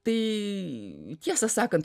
tai tiesą sakant